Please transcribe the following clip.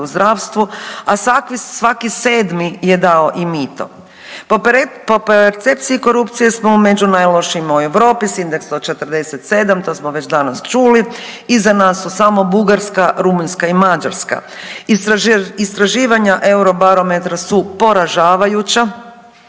u zdravstvu, a svaki 7 je dao i mito. Po percepciji korupcije smo među najlošijima u Europi s indeksom od 47, to smo već danas čuli iza nas su samo Bugarska, Rumunjska i Mađarska. Istraživanja Eurobarometra su poražavajuća